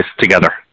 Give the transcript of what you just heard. together